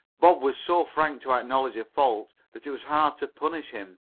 bob was so frank to acknowledge a fault that it was hard to punish him.